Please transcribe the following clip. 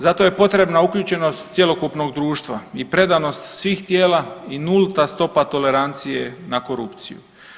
Zato je potrebna uključenost cjelokupnog društva i predanost svih tijela i nulta stopa tolerancije na korupciju.